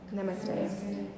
Namaste